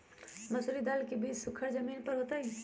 मसूरी दाल के बीज सुखर जमीन पर होतई?